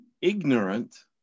Ignorant